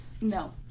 No